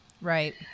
Right